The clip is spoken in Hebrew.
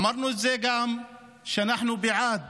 אמרנו גם מהרגע הראשון שאנחנו בעד